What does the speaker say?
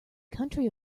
country